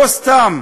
לא סתם